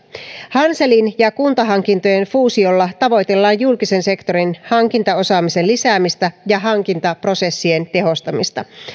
hanselin ja kuntahankintojen fuusiolla tavoitellaan julkisen sektorin hankintaosaamisen lisäämistä ja hankintaprosessien tehostamista